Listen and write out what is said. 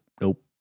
nope